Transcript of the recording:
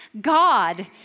God